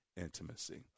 intimacy